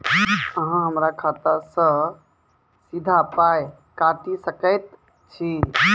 अहॉ हमरा खाता सअ सीधा पाय काटि सकैत छी?